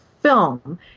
film